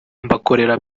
mbakorera